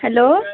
hello